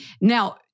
Now